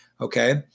Okay